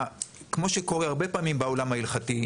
כמו שקורה הרבה פעמים בעולם ההלכתי,